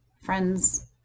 friends